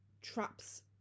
traps